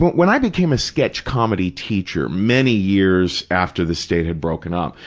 when i became a sketch comedy teacher many years after the state had broken up,